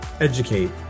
educate